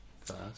first